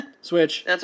Switch